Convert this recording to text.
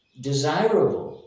desirable